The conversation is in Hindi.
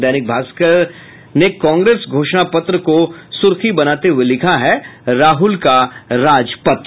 दैनिक भास्कर ने कांग्रेस घोषणा पत्र को सुर्खी बनाते हुये लिखा है राहुल का राज पत्र